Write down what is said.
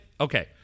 okay